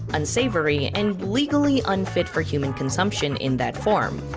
unsavory, and legally unfit for human consumption in that form.